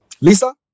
Lisa